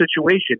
situation